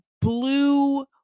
blue